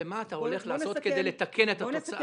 ומה אתה הולך לעשות כדי לתקן את התוצאה?